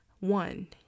One